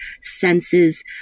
senses